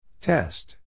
Test